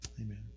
Amen